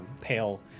pale